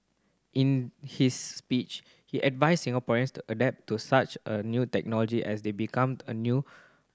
in his speech he advises Singaporeans to adapt to such a new technology as they become a new